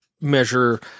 measure